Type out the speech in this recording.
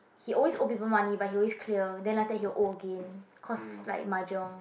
he always owe people money but he always clear then later he will owe again cause like mahjong